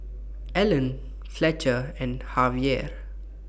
Alan Fletcher and